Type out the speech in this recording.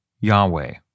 Yahweh